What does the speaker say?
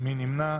מי נגד?